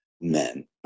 men